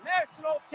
National